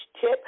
tip